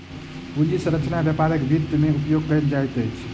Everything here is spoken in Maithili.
पूंजी संरचना व्यापारक वित्त में उपयोग कयल जाइत अछि